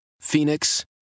Phoenix